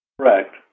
Correct